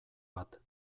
bat